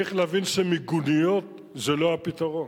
צריך להבין שמיגוניות זה לא הפתרון.